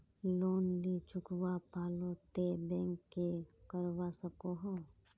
Loan नी चुकवा पालो ते बैंक की करवा सकोहो?